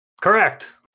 correct